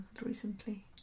recently